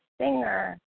singer